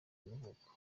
y’amavuko